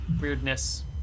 Weirdness